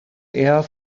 eher